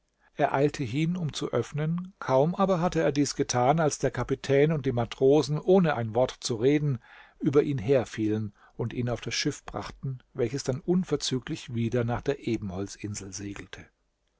er eilte hin um zu öffnen kaum aber hatte er dies getan als der kapitän und die matrosen ohne ein wort zu reden über ihn herfielen und ihn auf das schiff brachten welches dann unverzüglich wieder nach der ebenholzinsel segelte